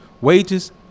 wages